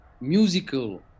musical